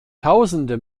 tausende